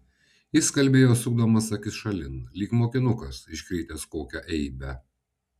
jis kalbėjo sukdamas akis šalin lyg mokinukas iškrėtęs kokią eibę